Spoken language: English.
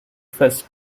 first